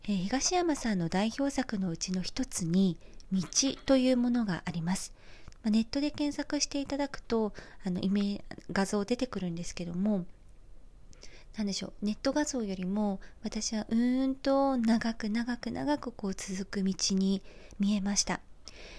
えー、東山さんの代表作のうちの一つに、道というものがあります。まあ、ネットで検索していただくと、あの、イメージ、画像出てくるんですけども、なんでしょう、ネット画像よりも、私はうーんと長く長く長くこう続く道に見えました。